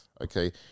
Okay